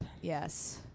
Yes